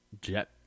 jet